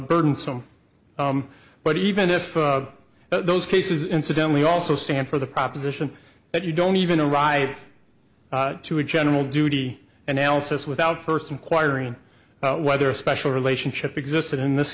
burdensome but even if those cases incidentally also stand for the proposition that you don't even a ride to a general duty analysis without first inquiring about whether a special relationship existed in this